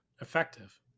Effective